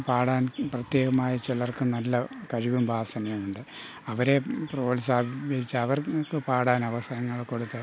പാടാൻ പ്രത്യേകമായി ചിലർക്ക് നല്ല കഴിവും വാസനയും ഉണ്ട് അവരെ പ്രോത്സാഹിപ്പിച്ച് അവർക്ക് പാടാൻ അവസരങ്ങൾ കൊടുത്ത്